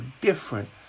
different